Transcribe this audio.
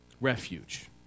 refuge